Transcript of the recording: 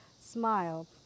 smile